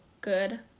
good